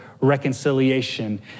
reconciliation